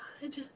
God